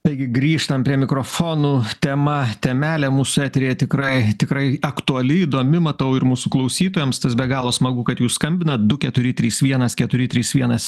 taigi grįžtam prie mikrofonų tema temelė mūsų eteryje tikrai tikrai aktuali įdomi matau ir mūsų klausytojams tas be galo smagu kad jūs skambinat du keturi trys vienas keturi trys vienas